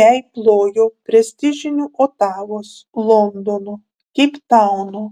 jai plojo prestižinių otavos londono keiptauno